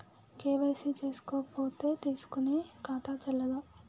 KYC చేసుకోకపోతే తీసుకునే ఖాతా చెల్లదా?